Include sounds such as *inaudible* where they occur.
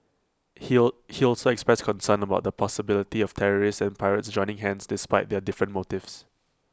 he *unintelligible* he also expressed concern about the possibility of terrorists and pirates joining hands despite their different motives